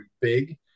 big